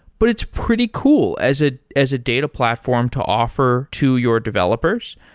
but it's pretty cool as ah as a data platform to offer to your developers.